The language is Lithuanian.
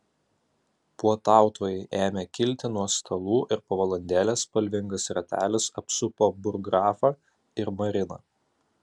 puotautojai ėmė kilti nuo stalų ir po valandėlės spalvingas ratelis apsupo burggrafą ir mariną